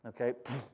okay